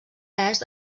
est